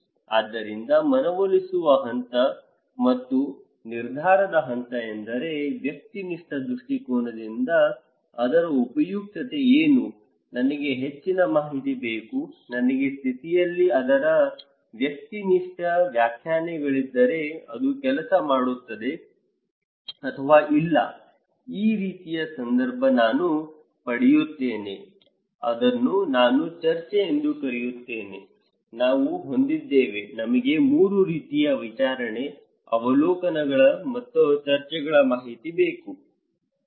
ಆದ್ದರಿಂದ ಮನವೊಲಿಸುವ ಹಂತ ಮತ್ತು ನಿರ್ಧಾರದ ಹಂತ ಎಂದರೆ ವ್ಯಕ್ತಿನಿಷ್ಠ ದೃಷ್ಟಿಕೋನದಿಂದ ಅದರ ಉಪಯುಕ್ತತೆ ಏನು ನನಗೆ ಹೆಚ್ಚಿನ ಮಾಹಿತಿ ಬೇಕು ನನ್ನ ಸ್ಥಿತಿಯಲ್ಲಿ ಅದರ ವ್ಯಕ್ತಿನಿಷ್ಠ ವ್ಯಾಖ್ಯಾನಗಳಿದ್ದರೆ ಅದು ಕೆಲಸ ಮಾಡುತ್ತದೆ ಅಥವಾ ಇಲ್ಲ ಈ ರೀತಿಯ ಸಂದರ್ಭ ನಾನು ಪಡೆಯುತ್ತೇನೆ ಅದನ್ನು ನಾವು ಚರ್ಚೆ ಎಂದು ಕರೆಯುತ್ತೇವೆ ನಾವು ಹೊಂದಿದ್ದೇವೆ ನಮಗೆ 3 ರೀತಿಯ ವಿಚಾರಣೆ ಅವಲೋಕನಗಳ ಮತ್ತು ಚರ್ಚೆಗಳ ಮಾಹಿತಿ ಬೇಕು ಸರಿ